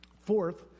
Fourth